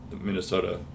Minnesota